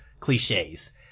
Cliches